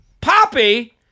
Poppy